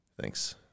Thanks